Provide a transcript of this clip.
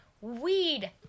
weed